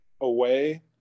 away